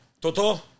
Toto